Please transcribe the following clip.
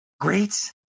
Great